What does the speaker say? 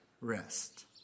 rest